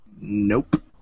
Nope